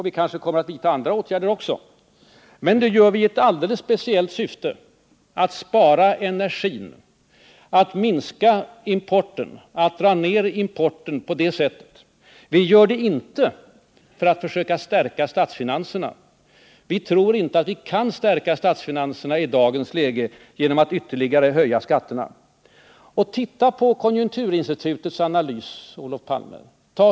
Vi kanske kommer att vidta andra åtgärder också. Men det gör vi i alldeles speciella syften: bl.a. att spara energi och att dra ner importen på det sättet. Vi gör det inte för att försöka stärka statsfinanserna. Vi tror inte att vi kan stärka statsfinanserna i dagens läge genom att ytterligare höja skatterna. Titta på konjunkturinstitutets analys, Olof Palme.